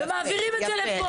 ומעבירים אותו לפה.